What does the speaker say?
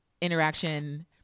interaction